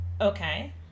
Okay